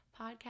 Podcast